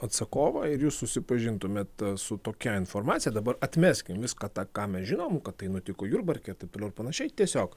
atsakovai ir jūs susipažintumėt su tokia informacija dabar atmeskim viską tą ką mes žinom kad tai nutiko jurbarke taip toliau ir panašiai tiesiog